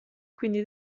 quindi